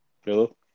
Hello